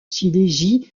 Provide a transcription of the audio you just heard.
silésie